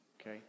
okay